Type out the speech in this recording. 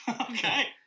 Okay